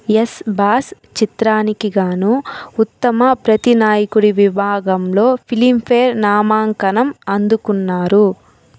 yes boss చిత్రానికి గాను ఉత్తమ ప్రతినాయకుడి విభాగంలో ఫిలింఫేర్ నామాంకనం అందుకున్నారు